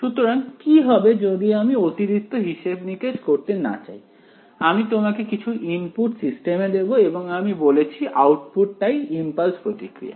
সুতরাং কি হবে যদি আমি অতিরিক্ত হিসেব নিকেশ করতে না চাই আমি তোমাকে কিছু ইনপুট সিস্টেমে দেবো এবং আমি বলেছি আউটপুট টাই ইম্পালস প্রতিক্রিয়া